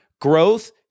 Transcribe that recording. growth